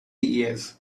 years